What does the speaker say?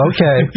Okay